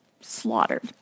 slaughtered